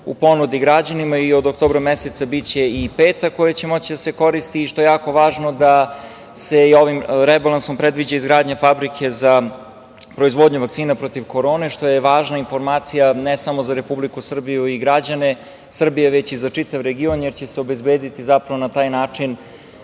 u ponudi građanima i od oktobra meseca biće i peta koja će moći da se koristi i što je jako važno da se ovim rebalansom predviđa izgradnja fabrike za proizvodnju vakcina protiv korone što je važna informacija, ne samo za Republiku Srbiju i građane Srbije, već i za čitav region, jer će se obezbediti zapravo na taj način